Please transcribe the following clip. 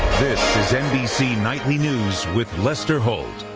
this is nbc nightly news with lester holt.